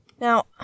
Now